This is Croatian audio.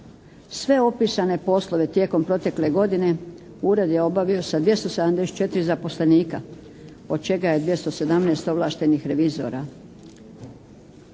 Sve opisane poslove tijekom protekle godine Ured je obavio sa 274 zaposlenika od čega je 217 ovlaštenih revizora.